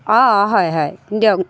অঁঁ হয় হয় দিয়ক